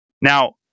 Now